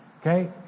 okay